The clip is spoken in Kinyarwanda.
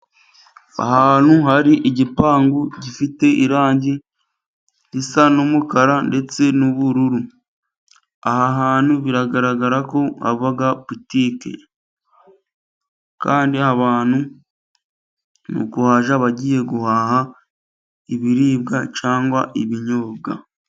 Ahantu hari igipangu gifite irangi risa n'umukara ndetse n'ubururu. Aha hantu biragaragara ko haba butiki, kandi abantu ni ukujya bagiye guhaha ibiribwa cyangwa ibinyobwa.